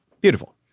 Beautiful